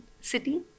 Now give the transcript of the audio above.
city